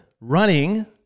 running